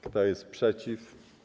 Kto jest przeciw?